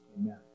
Amen